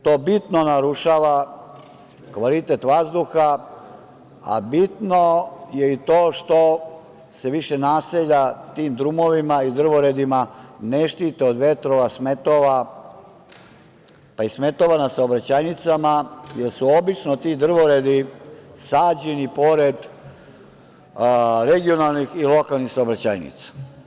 To bitno narušava kvalitet vazduha, a bitno je i to što se više naselja tim drumovima i drvoredima ne štite od vetrova, smetova, pa i smetova na saobraćajnicama, jer su obično ti drvoredi sađeni pored regionalnih i lokalnih saobraćajnica.